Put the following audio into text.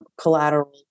collateral